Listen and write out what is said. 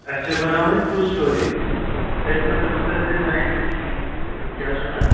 اَسہِ چھِ بَناوٕنۍ ٹوٗ سِٹوریٖز تمہِ خٲطرٕ گوٚژھ اَسہِ ڈِزایِن کیٛاہ حظ چھُو وَنان